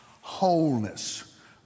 wholeness